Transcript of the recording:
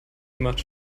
gemacht